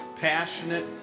passionate